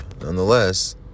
Nonetheless